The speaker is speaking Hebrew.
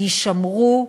יישמרו,